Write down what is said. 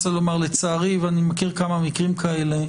לצערי ואני מכיר כמה מקרים כאלה,